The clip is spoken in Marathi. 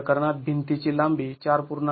या प्रकरणात भिंतीची लांबी ४